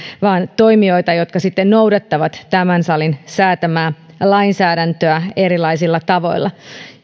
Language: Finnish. toimijoita jotka sitten noudattavat tämän salin säätämää lainsäädäntöä erilaisilla tavoilla